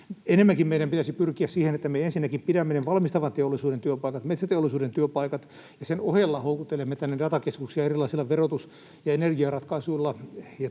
Enemmänkin meidän pitäisi pyrkiä siihen, että me ensinnäkin pidämme ne valmistavan teollisuuden työpaikat, metsäteollisuuden työpaikat ja sen ohella houkuttelemme tänne datakeskuksia erilaisilla verotus- ja energiaratkaisuilla